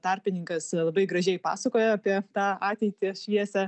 tarpininkas labai gražiai pasakoja apie tą ateitį šviesią